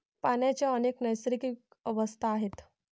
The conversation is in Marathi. पाण्याच्या अनेक नैसर्गिक अवस्था आहेत